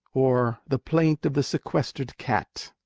or the plaint of the sequestered cat.